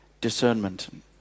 discernment